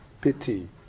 pity